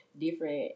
different